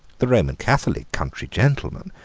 the roman catholic country gentleman,